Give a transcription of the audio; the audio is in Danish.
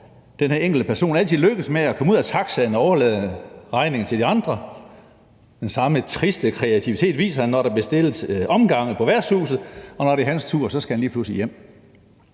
den her enkelte person altid lykkes med at komme ud af taxaen og overlade regningen til de andre. Den samme triste kreativitet viser han, når der bliver bestilt omgange på værtshuset. Når det er hans tur, skal han lige pludselig hjem.